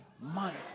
money